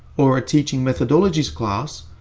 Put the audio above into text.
or a teaching methodologies class,